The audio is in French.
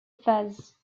phase